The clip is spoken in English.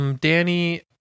Danny